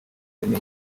azanye